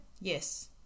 Yes